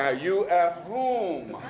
ah you f whom?